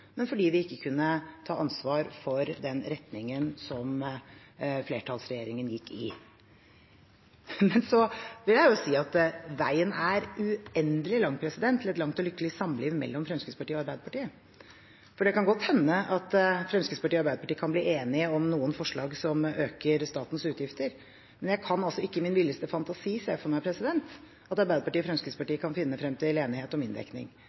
men at vi ikke kunne ta ansvar for den retningen som flertallsregjeringen gikk i. Så vil jeg si at veien til et langt og lykkelig samliv mellom Fremskrittspartiet og Arbeiderpartiet er uendelig lang, for det kan godt hende at Fremskrittspartiet og Arbeiderpartiet kan bli enige om noen forslag som øker statens utgifter, men jeg kan ikke i min villeste fantasi se for meg at Arbeiderpartiet og Fremskrittspartiet kan finne frem til enighet om inndekning.